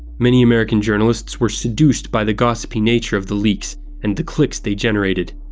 many american journalists were seduced by the gossipy nature of the leaks and the clicks they generated.